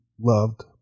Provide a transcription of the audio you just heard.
loved